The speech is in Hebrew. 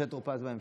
משה טור פז בהמשך.